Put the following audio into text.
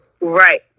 Right